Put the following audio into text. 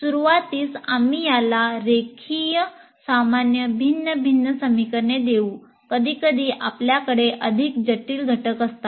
सुरूवातीस आम्ही याला रेखीय सामान्य भिन्न भिन्न समीकरणे देऊ कधीकधी आपल्याकडे अधिक जटिल घटक असतात